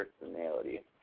personality